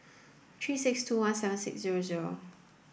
three six two one seven six zero zero